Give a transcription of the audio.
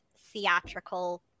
theatrical